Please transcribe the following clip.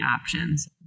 options